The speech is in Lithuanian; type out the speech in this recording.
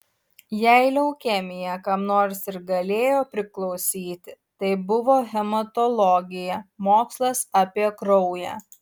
jei leukemija kam nors ir galėjo priklausyti tai buvo hematologija mokslas apie kraują